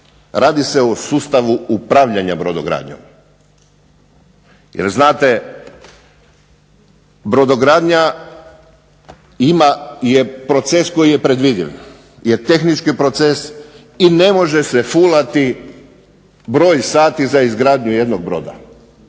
Radi se o sustavu upravljanja brodogradnjom, jer znate brodogradnja ima proces koji je predvidiv, je tehnički proces i ne može se fulati broj sati za izgradnju jednog broda.